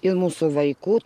ir mūsų vaikų